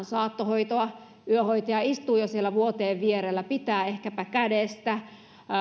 saattohoitoa yöhoitaja istuu jo siellä vuoteen vierellä pitää ehkäpä kädestä